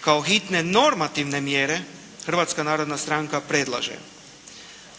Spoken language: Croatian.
Kao hitne normativne mjere Hrvatska narodna stranka predlaže